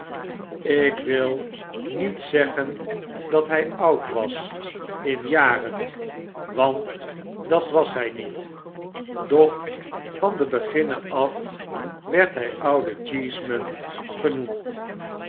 ik wil niet zeggen dat hjj oud was in jaren want dat was hy niet doch van den beginne af werd hy oude cheeseman genoemd